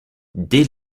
dès